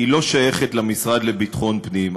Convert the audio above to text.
אינה שייכת למשרד לביטחון פנים.